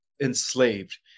enslaved